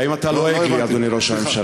האם אתה לועג לי, אדוני ראש הממשלה?